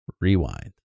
rewind